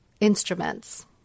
instruments